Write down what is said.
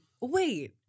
wait